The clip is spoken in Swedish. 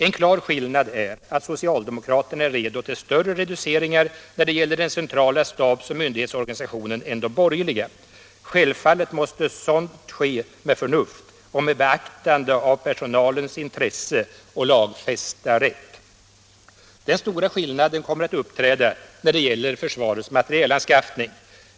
En klar skillnad är att socialdemokraterna är redo till större reduceringar när det gäller den centrala stabs och myndighetsorganisationen än de borgerliga. Självfallet måste sådant ske med förnuft och med beaktande av personalens intresse och lagfästa rätt. Den stora skillnaden kommer att uppträda när det gäller försvarets materielanskaffning.